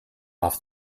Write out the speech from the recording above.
off